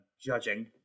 judging